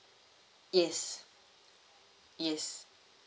yes yes